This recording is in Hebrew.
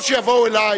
או שיבואו אלי